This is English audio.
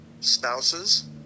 spouses